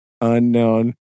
Unknown